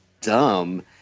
dumb